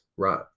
Right